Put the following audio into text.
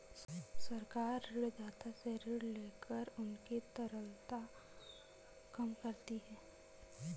सरकार ऋणदाता से ऋण लेकर उनकी तरलता कम करती है